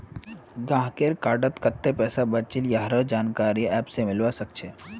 गाहकेर कार्डत कत्ते पैसा बचिल यहार जानकारी ऐप स मिलवा सखछे